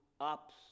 ups